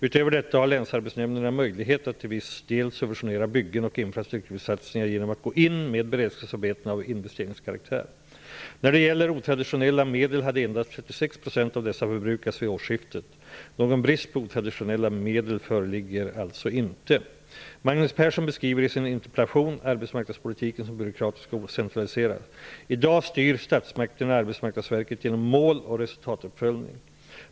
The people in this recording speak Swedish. Utöver detta har länsarbetsnämnderna möjlighet att till viss del subventionera byggen och infrastruktursatsningar genom att gå in med beredskapsarbeten av investeringskaraktär. När det gäller otraditionella medel hade endast 36 % av dessa förbrukats vid årsskiftet. Någon brist på otraditionella medel föreligger alltså inte. Magnus Persson beskriver i sin interpellation arbetsmarknadspolitiken som byråkratisk och centraliserad. I dag styr statsmakterna Arbetsmarknadsverket genom mål och resultatuppföljning.